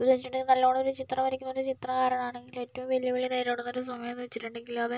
വെച്ചിട്ടുണ്ടെങ്കില് നല്ലോണൊരു ചിത്രം വരയ്ക്കുന്നൊരു ചിത്രകാരൻ ആണെങ്കില് ഏറ്റവും വെല്ലുവിളി നേരിടുന്നൊരു സമയം എന്ന് വെച്ചിട്ടുണ്ടെങ്കി അവൻ